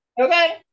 okay